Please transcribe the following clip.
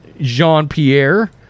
Jean-Pierre